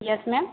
yes ma'am